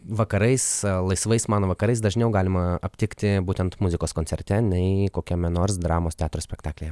vakarais laisvais mano vakarais dažniau galima aptikti būtent muzikos koncerte nei kokiame nors dramos teatro spektaklyje